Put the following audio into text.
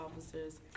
officers